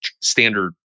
standard